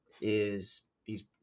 is—he's